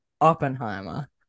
Oppenheimer